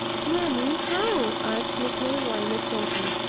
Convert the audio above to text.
dear me! how? asked miss milroy, innocently.